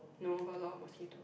no got a lot mosquitoes